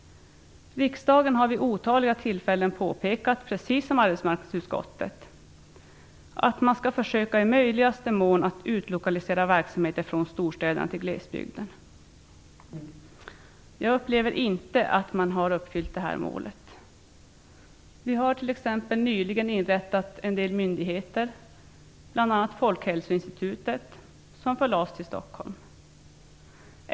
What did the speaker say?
Riksdagen har vid otaliga tillfällen påpekat, precis som arbetsmarknadsutskottet, att man i möjligaste mån skall försöka utlokalisera verksamhet från storstäderna till glesbygden. Jag upplever inte att man har uppfyllt det här målet. Vi har t.ex. nyligen inrättat en del myndigheter, bl.a. Folkhälsoinstitutet, som förlades till Stockholm.